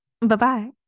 Bye-bye